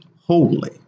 holy